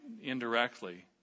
indirectly